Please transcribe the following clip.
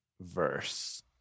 verse